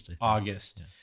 August